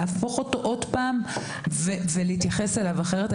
להפוך אותו עוד פעם ולהתייחס אליו אחרת.